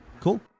Cool